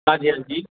हां जी हां जी